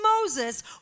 Moses